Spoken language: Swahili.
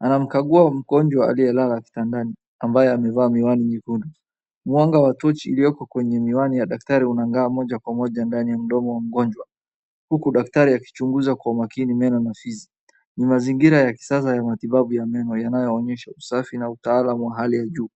anamkagua mgonjwa aliyelala kitandani ambaye amevaa miwani nyekundu. Mwanga wa tochi iliyoko kwenye miwani ya daktari inang'aa moja kwa moja ndani ya mdomo ya mgonjwa, huku daktari akichunguza kwa makini meno na fizi, ni mazingira ya kisasa ya matibabu ya meno yanayoonyesha usafi na utaalamu wa hali ya juu.